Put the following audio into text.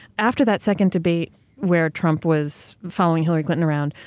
after that second debate where trump was following hillary clinton around,